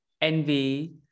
envy